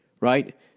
Right